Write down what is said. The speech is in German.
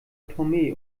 tomé